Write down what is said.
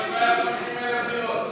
לבנות 150,000 דירות.